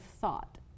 thought